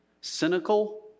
cynical